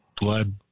blood